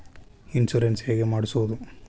Insurance ಹೇಗೆ ಮಾಡಿಸುವುದು?